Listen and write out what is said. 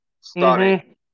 starting